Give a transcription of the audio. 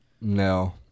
No